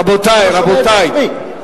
רבותי,